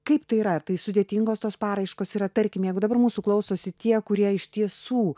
kaip tai yra tai sudėtingos tos paraiškos yra tarkim jeigu dabar mūsų klausosi tie kurie iš tiesų